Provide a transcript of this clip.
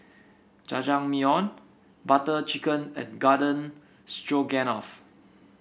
Jajangmyeon Butter Chicken and Garden Stroganoff